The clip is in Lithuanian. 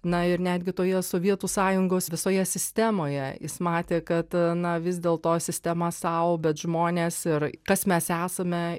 na ir netgi toje sovietų sąjungos visoje sistemoje jis matė kad na vis dėlto sistema sau bet žmonės ir kas mes esame